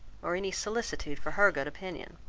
or any solicitude for her good opinion.